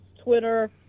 Twitter